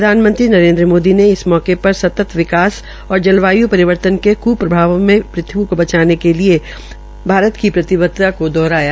प्रधानमंत्री नरेन्द्र मोदी ने इस मौके पर सतत विकास और जलवाय् परिवर्तन के क्प्रभावों से पृथ्वी को बचाने के लिये भारत की प्रतिबद्धता दोहराई